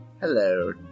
hello